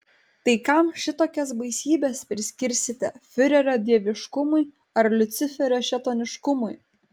tai kam šitokias baisybes priskirsite fiurerio dieviškumui ar liuciferio šėtoniškumui